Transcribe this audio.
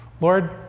lord